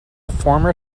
former